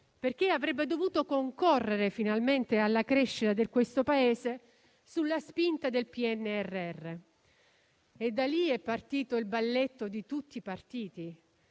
perché avrebbe dovuto concorrere finalmente alla crescita di questo Paese sulla spinta del PNRR. Da lì è partito il balletto di tutti i partiti,